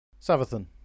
Savathun